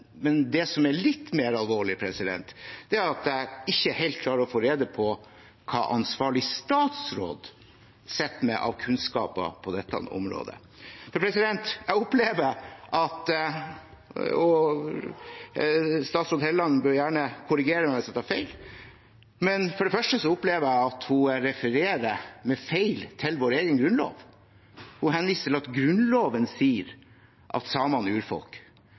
men jeg tar det med meg. Det som er litt mer alvorlig, er at jeg ikke helt klarer å få rede på hva ansvarlig statsråd sitter med av kunnskaper på dette området. Jeg opplever at statsråd Hofstad Helleland – hun må gjerne korrigere meg hvis jeg tar feil – refererer feil til vår egen grunnlov. Hun henviser til at Grunnloven sier at samene er urfolk.